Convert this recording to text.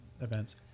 events